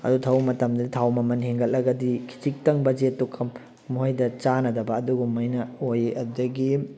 ꯑꯗꯨ ꯊꯧꯕ ꯃꯇꯝꯗ ꯊꯥꯎ ꯃꯃꯜ ꯍꯦꯟꯒꯠꯂꯒꯗꯤ ꯈꯖꯤꯛꯇꯪ ꯕꯖꯦꯠꯇꯣ ꯃꯣꯏꯗ ꯆꯥꯅꯗꯕ ꯑꯗꯨꯒꯨꯝꯃꯥꯏꯅ ꯑꯣꯏ ꯑꯗꯨꯗꯒꯤ